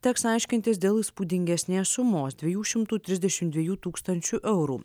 teks aiškintis dėl įspūdingesnės sumos dviejų šimtų trisdešim dviejų tūkstančių eurų